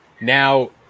Now